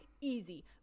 Easy